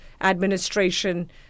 administration